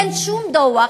אין שום דוח.